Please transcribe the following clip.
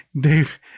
Dave